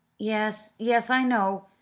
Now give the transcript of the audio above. yes, yes, i know,